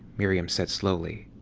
miriam said slowly.